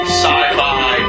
sci-fi